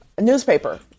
Newspaper